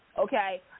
Okay